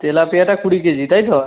তেলাপিয়াটা কুড়ি কেজি তাই তো